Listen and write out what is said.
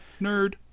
Nerd